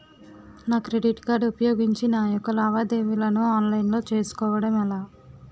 నా credit card ఉపయోగించి నా యెక్క లావాదేవీలను ఆన్లైన్ లో చేసుకోవడం ఎలా?